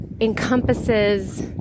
encompasses